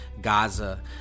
Gaza